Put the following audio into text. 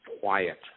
quiet